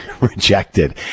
rejected